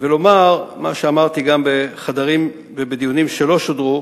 ולומר מה שגם אמרתי בחדרים ובדיונים שלא שודרו,